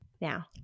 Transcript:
now